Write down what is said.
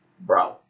Bro